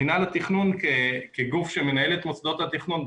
מינהל התכנון כגוף שמנהל את מוסדות התכנון,